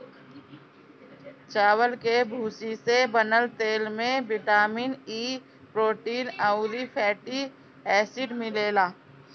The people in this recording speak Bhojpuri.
चावल के भूसी से बनल तेल में बिटामिन इ, प्रोटीन अउरी फैटी एसिड मिलेला